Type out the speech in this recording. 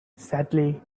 sadly